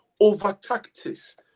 Over-tactics